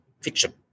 fiction